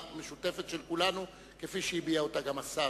המשותפת לכולנו כפי שהביע אותה גם השר.